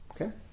okay